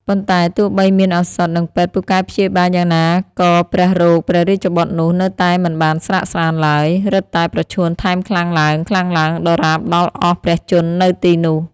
ប៉ុន្តែទោះបីមានឱសថ និងពេទ្យពូកែព្យាបាលយ៉ាងណាក៏ព្រះរោគព្រះរាជបុត្រនោះ នៅតែមិនបានស្រាកស្រាន្តឡើយ រឹតតែប្រឈួនថែមខ្លាំងឡើងៗ ដរាបដល់អស់ព្រះជន្មនៅទីនោះ ។